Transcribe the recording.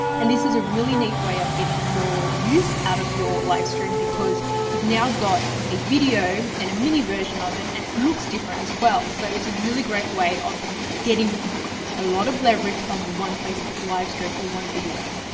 and this is a really neat way of getting more use out of your livestream because you've now got a video and a mini version of it and it looks different as well. so it's a really great way of getting a lot of leverage from one facebook livestream or one video.